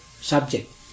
subject